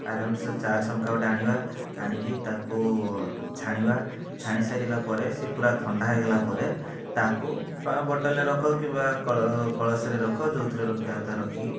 ଆରାମସେ ଚା ଛଙ୍କା ଗୋଟେ ଆଣିବା ଆଣିକି ତାକୁ ଛାଣିବା ଛାଣି ସାରିଲା ପରେ ସେ ପୁରା ଥଣ୍ଡା ହୋଇଗଲା ପରେ ତାକୁ ବା ବୋଟଲରେ ରଖ କିମ୍ବା କ କଳସରେ ରଖ ଯେଉଁଥିରେ ରଖିବା କଥା ରଖିକି